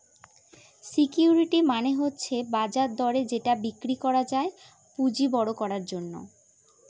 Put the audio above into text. security মানে হচ্ছে বাজার দরে যেটা বিক্রি করা যায় পুঁজি বড়ো করার জন্য